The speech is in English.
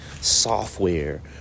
software